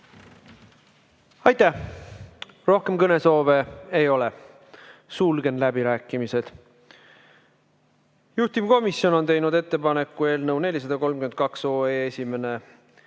Aitäh! Rohkem kõnesoove ei ole. Sulgen läbirääkimised. Juhtivkomisjon on teinud ettepaneku eelnõu 432 esimene